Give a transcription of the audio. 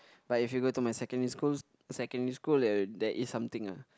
but if you go to my secondary schools secondary school there there is something ah